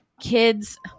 kids